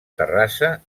terrassa